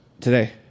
Today